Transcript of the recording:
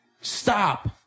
Stop